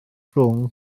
rhwng